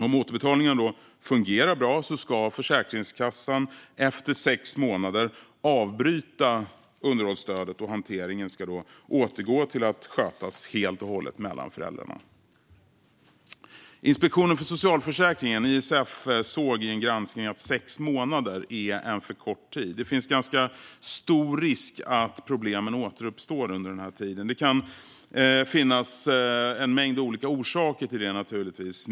Om återbetalningarna fungerar bra ska Försäkringskassan efter sex månader avbryta underhållsstödet. Hanteringen ska då återgå till att skötas helt och hållet mellan föräldrarna. Enligt en granskning av Inspektionen för socialförsäkringen, ISF, är sex månader en för kort tid. Det finns ganska stor risk för att problemen återuppstår under denna tid. Det kan naturligtvis finnas en mängd olika orsaker till det.